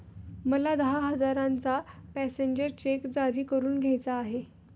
मला दहा हजारांचा पॅसेंजर चेक जारी करून घ्यायचा आहे